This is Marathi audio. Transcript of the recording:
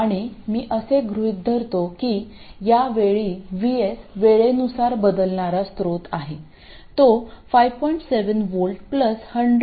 आणि मी असे गृहीत धरतो की यावेळी VS वेळेनुसार बदलणारा स्त्रोत आहे तो 5